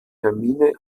hermine